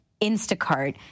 Instacart